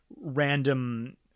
random